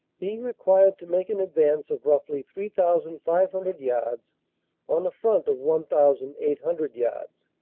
being required to make an advance of roughly three thousand five hundred yards on a front of one thousand eight hundred yards.